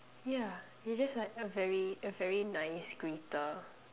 ya you're just like a very a very nice greeter